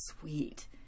sweet